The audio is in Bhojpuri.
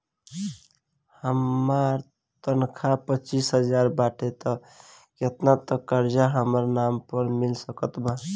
हमार तनख़ाह पच्चिस हज़ार बाटे त केतना तक के कर्जा हमरा नाम पर मिल सकत बा?